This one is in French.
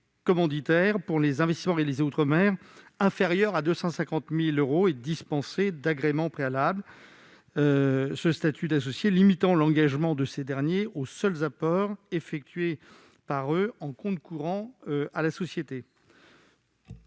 pour les investissements réalisés outre-mer inférieurs à 250 000 euros et dispensés d'agrément préalable, ce statut d'associés limitant l'engagement de ces derniers aux seuls apports effectués par eux en compte courant de la société.